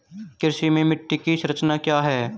कृषि में मिट्टी की संरचना क्या है?